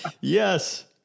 yes